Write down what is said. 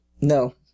No